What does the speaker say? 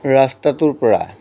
ৰাস্তাটোৰপৰা